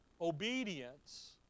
obedience